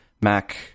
Mac